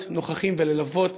להיות נוכחים וללוות